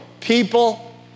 People